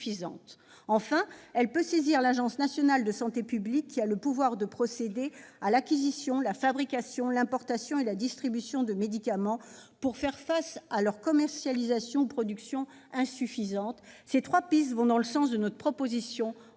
Enfin, elle peut saisir l'Agence nationale de santé publique, qui a le pouvoir de procéder à l'acquisition, à la fabrication, à l'importation et à la distribution de médicaments pour pallier une commercialisation ou une production insuffisante. Ces trois pistes de réflexion vont dans le sens de notre proposition